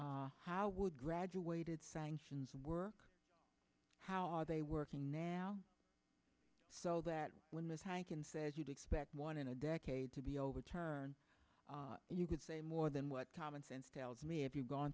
jail how would graduated sanctions work how are they working now so that when this high can say as you'd expect one in a decade to be overturned you could say more than what common sense tells me if you've gone